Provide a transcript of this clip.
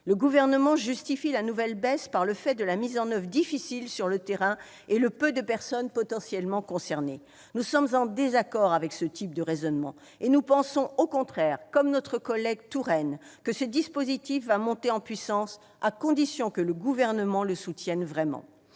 Le Gouvernement justifie la nouvelle baisse par les difficultés de mise en oeuvre sur le terrain et le peu de personnes potentiellement concernées. Nous sommes en désaccord avec ce raisonnement et pensons, au contraire, comme notre collègue Tourenne, que ce dispositif va monter en puissance, à condition que le Gouvernement le soutienne vraiment.